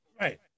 Right